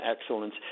excellence